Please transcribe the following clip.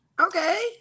Okay